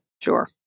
Sure